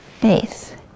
faith